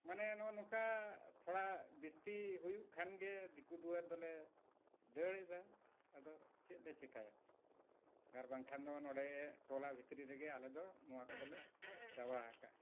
ᱢᱟᱱᱮ ᱱᱚᱜᱼᱚ ᱱᱚᱝᱠᱟ ᱛᱷᱚᱲᱟ ᱵᱮᱥᱤ ᱦᱩᱭᱩᱜ ᱠᱷᱟᱱᱜᱮ ᱫᱤᱠᱩ ᱫᱩᱭᱟᱹᱨ ᱫᱚᱞᱮ ᱫᱟᱹᱲ ᱮᱫᱟ ᱟᱫᱚ ᱪᱮᱫᱞᱮ ᱪᱤᱠᱟᱹᱭᱟ ᱟᱨ ᱵᱟᱝᱠᱷᱟᱱ ᱫᱚ ᱱᱚᱸᱰᱮ ᱴᱚᱞᱟ ᱵᱷᱤᱛᱨᱤ ᱨᱮᱜᱮ ᱟᱞᱮᱫᱚ ᱱᱚᱣᱟ ᱠᱚᱫᱚᱞᱮ ᱪᱟᱵᱟ ᱟᱠᱟᱫᱟ